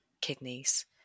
kidneys